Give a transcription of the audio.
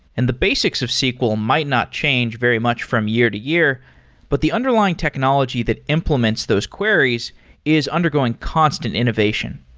and the basics of sql might not change very much from year-to-year, but the underlying technology that implements those queries is undergoing constant innovation.